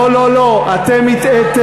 לא לא לא, אתם הטעיתם.